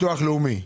בביטוח הלאומי.